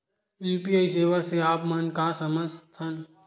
UPI सेवा से आप मन का समझ थान?